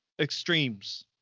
extremes